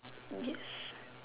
yes